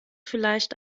vielleicht